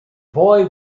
boy